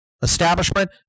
Establishment